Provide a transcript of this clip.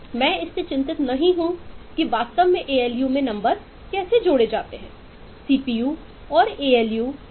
मैं इससे चिंतित नहीं हूँ की वास्तव में ए एल यू में नंबर कैसे जोड़े जाते हैं